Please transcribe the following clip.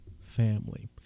family